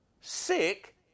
sick